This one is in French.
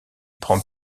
prend